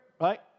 right